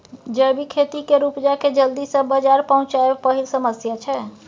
जैबिक खेती केर उपजा केँ जल्दी सँ बजार पहुँचाएब पहिल समस्या छै